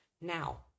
Now